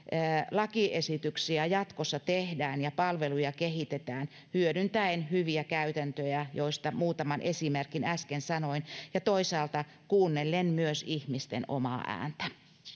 lakiesityksiä jatkossa tehdään ja palveluja kehitetään hyödyntäen hyviä käytäntöjä joista muutaman esimerkin äsken sanoin ja toisaalta kuunnellen myös ihmisten omaa ääntä